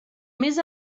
més